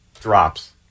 Drops